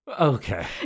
Okay